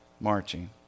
marching